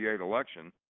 election